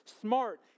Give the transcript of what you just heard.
smart